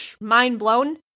mind-blown